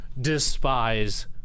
despise